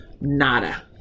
nada